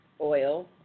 oil